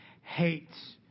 hates